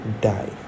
die